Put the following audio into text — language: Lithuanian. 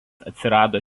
atsirado